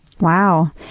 wow